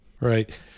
Right